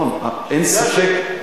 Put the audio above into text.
אין ספק,